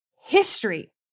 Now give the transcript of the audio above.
history